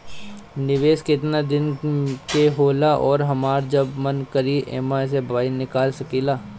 निवेस केतना दिन के होला अउर हमार जब मन करि एमे से बहार निकल सकिला?